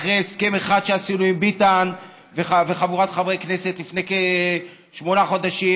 אחרי הסכם אחד שעשינו עם ביטן וחבורת חברי כנסת לפני כשמונה חודשים.